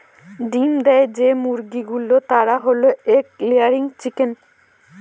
ডিম দেয় যে মুরগি গুলো তারা হল এগ লেয়িং চিকেন